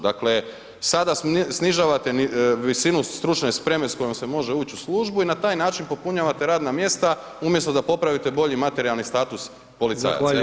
Dakle, sada snižavate visini stručne spreme s kojom se može ući u službu i na taj način popunjavate radna mjesta, umjesto da popravite bolji materijalni status policajaca.